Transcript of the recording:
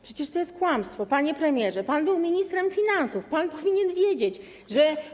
Przecież to jest kłamstwo, panie premierze, pan był ministrem finansów, pan powinien wiedzieć, że.